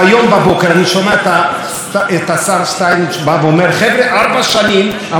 ארבע שנים לא היה טיל לא על באר שבע,